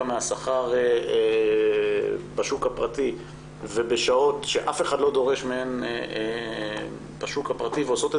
מהשכר בשוק הפרטי ובשעות בהן לא עובדים בשוק הפרטי ועושות את